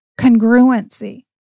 congruency